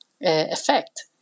effect